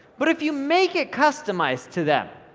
but if you make it customised to them,